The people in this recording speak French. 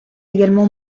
également